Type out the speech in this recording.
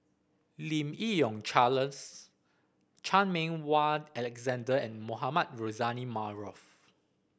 Lim Yi Yong Charles Chan Meng Wah Alexander and Mohamed Rozani Maarof